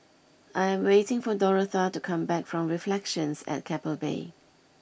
I am waiting for Dorotha to come back from Reflections at Keppel Bay